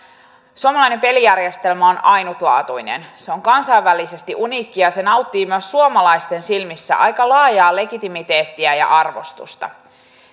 suomalainen pelijärjestelmä on ainutlaatuinen se on kansainvälisesti uniikki ja se nauttii myös suomalaisten silmissä aika laajaa legitimiteettiä ja arvostusta